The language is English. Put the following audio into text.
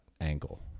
angle